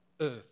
earth